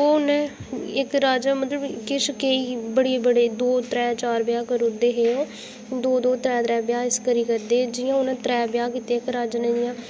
ओह् उ'नैं इक राजा मतलब किश केईं बड़े बड़े दो त्रै चार ब्याह् करी ओड़दे हे ओह् दो दो त्रै त्रै ब्याह् इस करी करदे हे जि'यां हून त्रैऽ ब्याह् कीते इक राजे ने